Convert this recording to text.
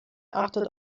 achtet